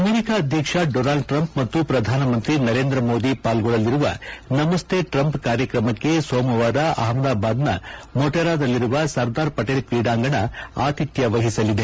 America ಅಧ್ಯಕ್ಷ Donald Trump ಮತ್ತು ಪ್ರಧಾನಮಂತ್ರಿ ನರೇಂದ್ರ ಮೋದಿ ಪಾಲ್ಗೊಳ್ಳಲಿರುವ ನಮಸ್ತೆ ಟ್ರಂಪ್ ಕಾರ್ಯಕ್ರಮಕ್ಕೆ ಸೋಮವಾರ ಅಹಮದಾಬಾದ್ನ ಮೋಟೆರಾದಲ್ಲಿರುವ ಸರ್ದಾರ್ ಪಟೇಲ್ ಕ್ರೀಡಾಂಗಣ ಆತಿಥ್ಠ ವಹಿಸಲಿದೆ